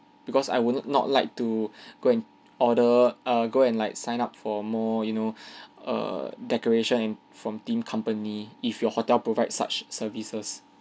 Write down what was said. because I will not like to go and order err go and like sign up for more you know err decoration and from theme company if your hotel provide such services